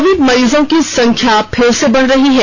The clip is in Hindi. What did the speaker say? कोविड मरीजों की संख्या फिर से बढ़ रही है